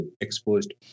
exposed